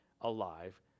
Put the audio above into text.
alive